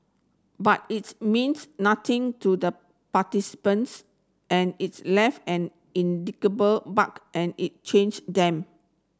but it's nothing to the participants and it's left an mark and it change them